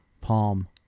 Palm